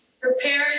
Prepare